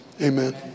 amen